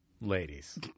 Ladies